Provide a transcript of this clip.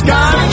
God